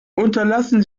unterlassen